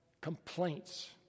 complaints